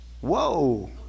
Whoa